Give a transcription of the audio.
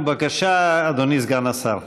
בבקשה, אדוני סגן השר.